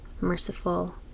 merciful